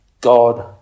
God